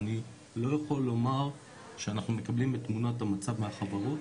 ואני לא יכול לומר שאנחנו מקבלים את תמונת המצב מהחברות,